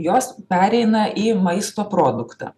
jos pereina į maisto produktą